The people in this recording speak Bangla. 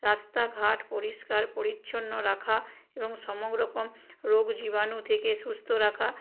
রাস্তাঘাট পরিষ্কার পরিচ্ছন্ন রাখা এবং রকম রোগ জীবাণু থেকে সুস্থ রাখা